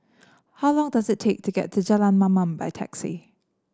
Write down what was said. how long does it take to get to Jalan Mamam by taxi